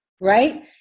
right